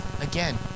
again